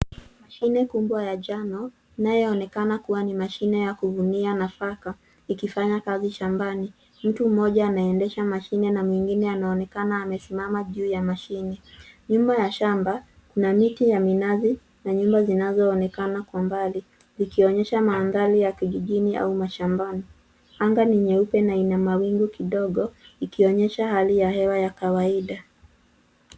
Mashine kubwa ya njano inayoonekana kuwa ni mashine ya kuvunia nafaka, ikifanya kazi shambani. Mtu mmoja anaendesha mashine na mwingine anaonekana amesimama juu ya mashine. Nyuma ya shamba, kuna miti ya minazi, na nyumba zinazoonekana kwa mbali. Ikionyasha mandhari ya kijijini au mashambani. Anga ni nyeupe na ina mawingu kidogo ikionyesha hali ya hewa ya kawaida.